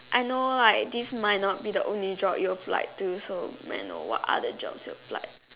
I know like this might not the only job you apply to so may I know what other jobs you applied